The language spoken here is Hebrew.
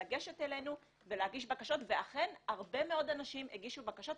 לגשת אלינו ולהגיש בקשות ואכן הרבה מאוד אנשים הגישו בקשות,